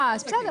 אה, אז בסדר.